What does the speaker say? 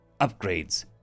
Upgrades